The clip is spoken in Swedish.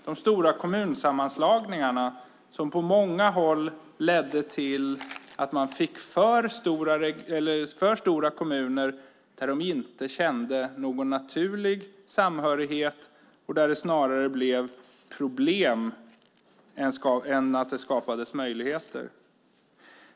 De stora kommunsammanslagningarna ledde på många håll till att man fick för stora kommuner där människor inte kände någon naturlig samhörighet och där det snarare blev problem i stället för att det skapades möjligheter.